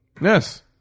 Yes